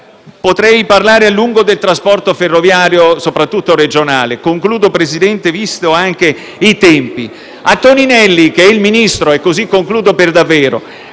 Potrei parlare a lungo del trasporto ferroviario, soprattutto regionale, ma concludo, Presidente, visti anche i tempi. A Toninelli, che è il Ministro, in conclusione vorrei